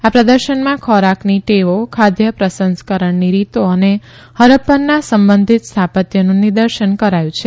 આ પ્રદર્શનમાં ખોરાકની ટેવો ખાદ્ય પ્રસંસ્કરણની રીતો અને હરપ્પનના સંબંધિત સ્થાપત્યનું નિદર્શન કરાયું છે